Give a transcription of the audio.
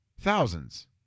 Thousands